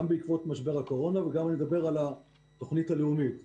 גם בעקבות משבר הקורונה וגם אני מדבר על התוכנית הלאומית.